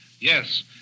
Yes